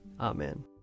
Amen